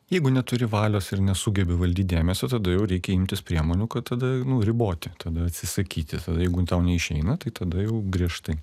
jeigu neturi valios ir nesugebi valdyt dėmesio tada jau reikia imtis priemonių kad tada riboti tada atsisakyti tada jeigu tau neišeina tai tada jau griežtai